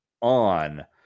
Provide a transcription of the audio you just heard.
on